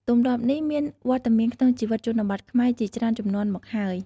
ទម្លាប់នេះមានវត្តមានក្នុងជីវិតជនបទខ្មែរជាច្រើនជំនាន់មកហើយ។